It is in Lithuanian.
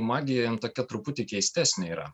magija tokia truputį keistesnė yra